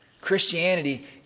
Christianity